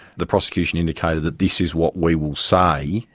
the prosecution indicated that this is what we will say,